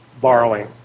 borrowing